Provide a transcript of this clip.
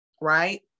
right